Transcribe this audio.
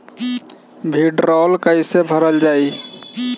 भीडरौल कैसे भरल जाइ?